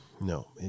no